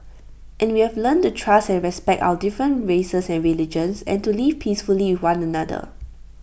and we have learnt to trust and respect our different races and religions and to live peacefully one another